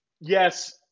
yes